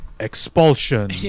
Expulsion